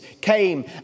came